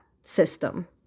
system